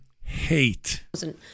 hate